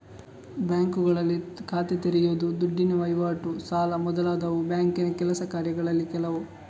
ಬ್ಯಾಂಕುಗಳಲ್ಲಿ ಖಾತೆ ತೆರೆಯುದು, ದುಡ್ಡಿನ ವೈವಾಟು, ಸಾಲ ಮೊದಲಾದವು ಬ್ಯಾಂಕಿನ ಕೆಲಸ ಕಾರ್ಯಗಳಲ್ಲಿ ಕೆಲವು